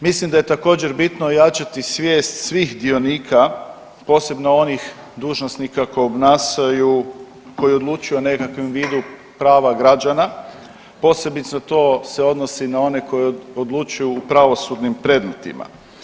Mislim da je također bitno ojačati svijest svih dionika, posebno onih dužnosnika koji obnašaju, koji odlučuju o nekakvom vidu prava građana, posebice to se odnosi na one koji odlučuju u pravosudnim predmetima.